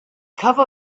cover